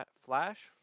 flash